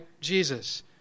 Jesus